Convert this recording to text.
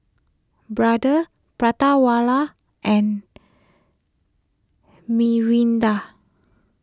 Brother Prata Wala and Mirinda